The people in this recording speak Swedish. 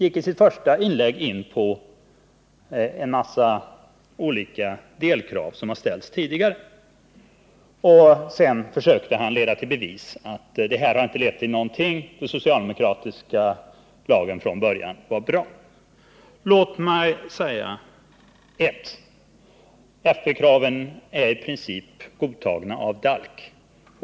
I sitt första inlägg gick Kurt Hugosson in på en mängd delkrav som ställts tidigare. Sedan försökte han leda i bevis att det inte fört till någonting och menade att de socialdemokratiska förslagen var bra från första början. Låt mig säga följande: 1. Fp-kraven är i princip godtagna av DALK.